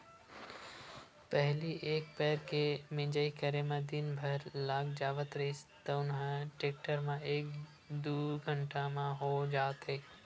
पहिली एक पैर के मिंजई करे म दिन भर लाग जावत रिहिस तउन ह टेक्टर म एक दू घंटा म हो जाथे